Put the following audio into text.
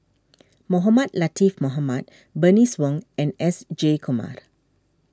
Mohamed Latiff Mohamed Bernice Wong and S Jayakumar